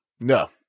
No